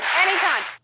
anytime.